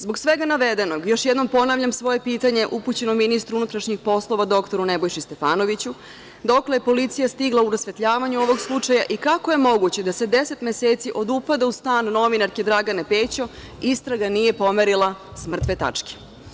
Zbog svega navedenog, još jednom ponavljam svoje pitanje upućeno ministru MUP-a, dr Nebojši Stefanoviću, dokle je policija stigla u rasvetljavanju ovog slučaja i kako je moguće da se 10 meseci od upada u stan novinarke Dragane Pećo, istraga nije pomerila sa mrtve tačke?